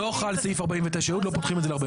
לא חל סעיף 49י, לא פותחים את זה ל-49י.